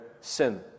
sin